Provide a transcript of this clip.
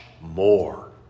more